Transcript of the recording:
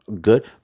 good